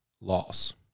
loss